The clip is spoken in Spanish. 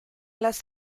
las